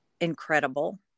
incredible